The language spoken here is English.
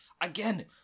again